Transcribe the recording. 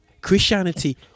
Christianity